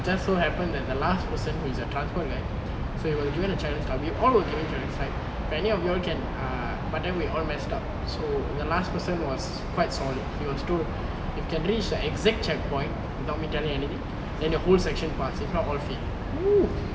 just so happen that the last person who's a transport rep so he was do you want a challenge but we all were given challenge right but any of you all can err but then we all mess up so the last person was quite solid he was told you can reach the exact checkpoint without me telling anything then your whole section pass if not all fail !woo!